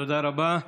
תודה רבה.